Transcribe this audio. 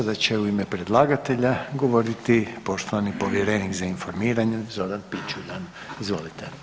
Sada će u ime predlagatelja govoriti poštovani povjerenik za informiranje, Zoran Pičuljan, izvolite.